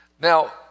now